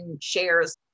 shares